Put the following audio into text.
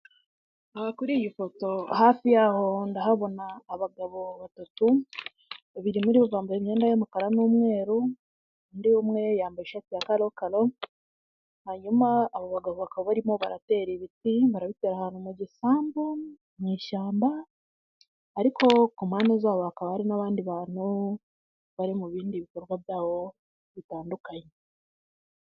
Kuri iyi foto hafi yaho ndahabona abagabo batatu, babiri muri bo bambaye imyenda y'umukara n'umweru, undi umwe yambaye ishati ya karokaro, hanyuma abo bagabo bakaba barimo baratera ibiti barabitera ahantu mu gisambu mu ishyamba ariko ku mpande zabo hakaba hari n'abandi bantu bari mu bindi bikorwa byabo bitandukanye.